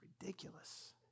ridiculous